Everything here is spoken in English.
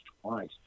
twice